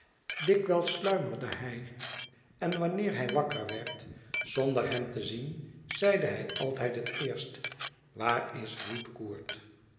dikwijls sluimerde hij en wanneer hij wakker werd zonder hem te zien zeide hij altijd het eerst waar is